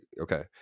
Okay